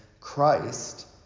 Christ